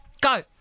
Go